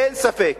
אין ספק